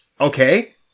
Okay